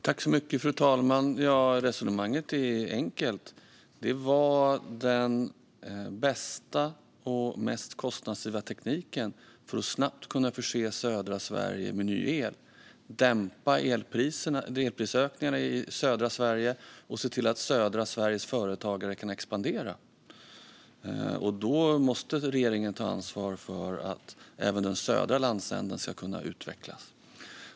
Fru talman! Resonemanget är enkelt. Det var den bästa och mest kostnadseffektiva tekniken för att snabbt kunna förse södra Sverige med ny el, dämpa elprisökningarna i södra Sverige och se till att södra Sveriges företagare kan expandera. Då måste regeringen ta ansvar för att även den södra landsändan ska kunna utvecklas.